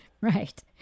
Right